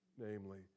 Namely